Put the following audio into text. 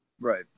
right